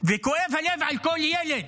כואב הלב על כל ילד.